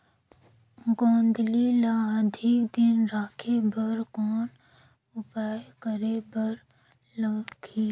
गोंदली ल अधिक दिन राखे बर कौन उपाय करे बर लगही?